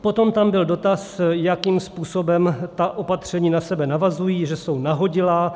Potom tam byl dotaz, jakým způsobem ta opatření na sebe navazují, že jsou nahodilá.